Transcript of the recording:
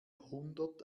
hundert